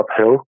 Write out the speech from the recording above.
uphill